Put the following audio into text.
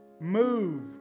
move